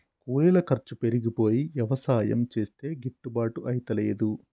కూలీల ఖర్చు పెరిగిపోయి యవసాయం చేస్తే గిట్టుబాటు అయితలేదు